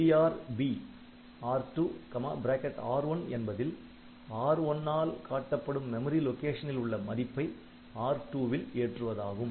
LDRB R2R1 என்பதில் R1 ஆல் காட்டப்படும் மெமரி லொகேஷனில் உள்ள மதிப்பை R2 வில் ஏற்றுவதாகும்